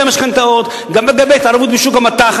המשכנתאות וגם לגבי התערבות בשוק המט"ח.